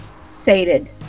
sated